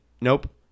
nope